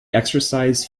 exercised